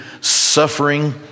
suffering